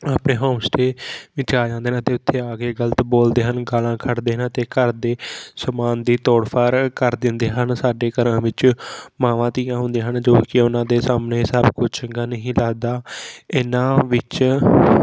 ਆਪਣੇ home stay ਵਿੱਚ ਆ ਜਾਂਦੇ ਨੇ ਅਤੇ ਉੱਥੇ ਆ ਕੇ ਗਲਤ ਬੋਲਦੇ ਹਨ ਗਾਲ੍ਹਾਂ ਕੱਢਦੇ ਹਨ ਅਤੇ ਘਰ ਦੇ ਸਮਾਨ ਦੀ ਤੋੜ ਫੋੜ ਕਰ ਦਿੰਦੇ ਹਨ ਸਾਡੇ ਘਰਾਂ ਵਿੱਚ ਮਾਵਾਂ ਧੀਆਂ ਹੁੰਦੀਆਂ ਹਨ ਜੋ ਕਿ ਉਹਨਾਂ ਦੇ ਸਾਹਮਣੇ ਸਭ ਕੁਝ ਚੰਗਾ ਨਹੀਂ ਲੱਗਦਾ ਇਹਨਾਂ ਵਿੱਚ